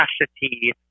capacity